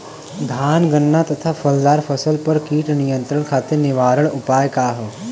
धान गन्ना तथा फलदार फसल पर कीट नियंत्रण खातीर निवारण उपाय का ह?